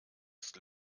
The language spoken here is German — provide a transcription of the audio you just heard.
ist